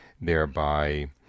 thereby